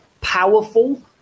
powerful